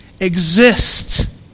exist